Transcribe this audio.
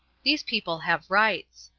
these people have rights.